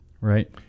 Right